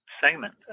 segment